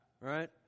right